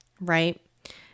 right